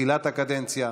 בתחילת הקדנציה,